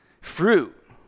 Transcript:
Fruit